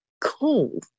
cool